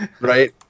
right